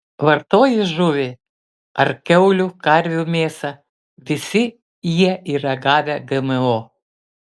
vartoji žuvį ar kiaulių karvių mėsą visi jie yra gavę gmo